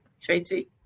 Tracy